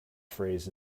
phrase